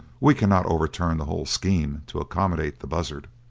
we cannot overturn the whole scheme to accommodate the buzzard.